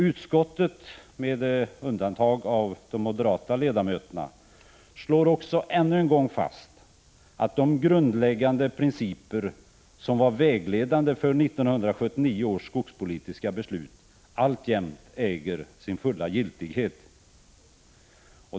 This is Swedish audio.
Utskottet slår också, med undantag av de moderata ledamöterna, ännu en gång fast att de grundläggande principer som var vägledande för 1979 års skogspolitiska beslut alltjämt äger sin fulla giltighet.